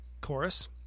chorus